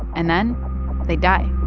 and then they die